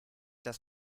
das